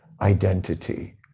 identity